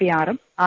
P ആറും R